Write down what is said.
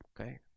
okay